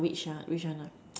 the which ah which one ah